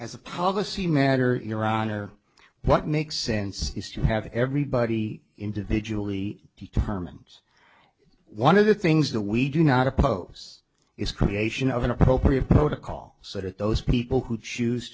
as a policy matter in iran or what makes sense is to have everybody individually determines one of the things that we do not oppose is creation of an appropriate protocol sort of those people who choose